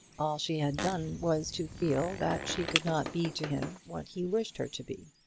all she had done was to feel that she could not be to him what he wished her to be.